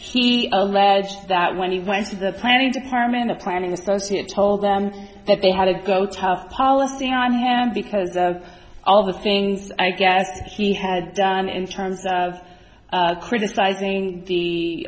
he alleged that when he went to the planning department of planning associates told them that they had to go tough policy on him because of all the things i guess he had done in terms of criticizing the